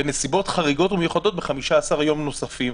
ובנסיבות חריגות ומיוחדות בעוד 15 ימים נוספים.